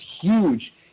huge